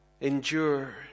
Endure